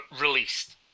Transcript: released